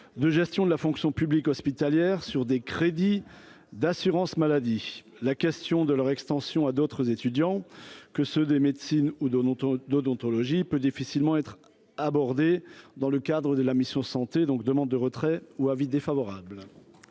de gestion de la fonction publique hospitalière sur des crédits d'assurance-maladie, la question de leur extension à d'autres étudiants que ceux des médecines ou notre d'odontologie peut difficilement être abordée dans le cadre de la mission santé donc demande de retrait ou avis défavorable.